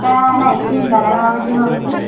दा नायनिसै होनबालाय माबायदि माबायदि